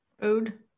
Food